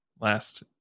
last